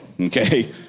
Okay